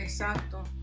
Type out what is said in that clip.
Exacto